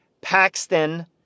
Paxton